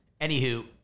Anywho